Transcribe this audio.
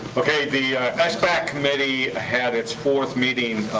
okay, the sbac committee had its fourth meeting